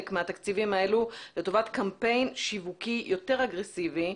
מהתקציבים האלו לטובת קמפיין שיווקי יותר אגרסיבי,